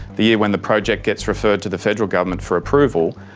the year when the project gets referred to the federal government for approval,